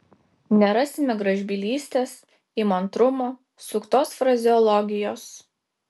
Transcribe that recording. nerasime gražbylystės įmantrumo suktos frazeologijos